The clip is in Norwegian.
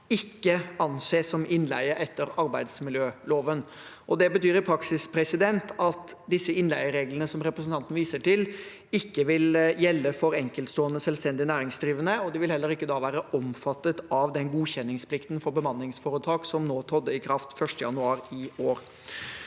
ikke anses som innleie etter arbeidsmiljøloven. Dette betyr i praksis at disse innleiereglene som representanten viser til, ikke vil gjelde for enkeltstående selvstendig næringsdrivende, og de vil heller ikke være omfattet av den godkjenningsplikten for bemanningsforetak som trådte i kraft 1. januar i år.